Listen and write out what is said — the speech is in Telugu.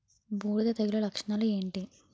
బూడిద తెగుల లక్షణాలు ఏంటి?